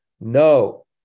no